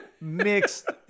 Mixed